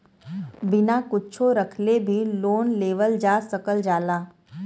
बिना कुच्छो रखले भी लोन लेवल जा सकल जाला